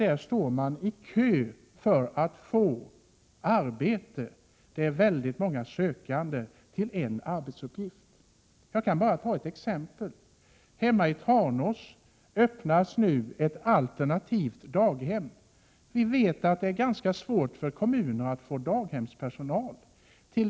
Ofta står folk i kö för att få arbeta hos dem — det är många sökande till varje arbete. Jag kan ta ett exempel. Hemma i Tranås öppnas nu ett alternativt daghem. Vi vet att det är ganska svårt för kommunerna att få daghemspersonal.